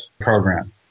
program